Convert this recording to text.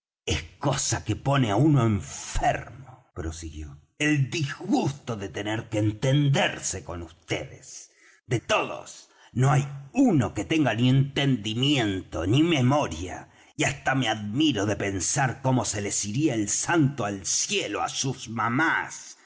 es cosa que pone á uno enfermo prosiguió el disgusto de tener que entenderse con vds de todos no hay uno que tenga ni entendimiento ni memoria y hasta me admiro de pensar cómo se les iría el santo al cielo á sus mamás